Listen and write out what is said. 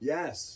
Yes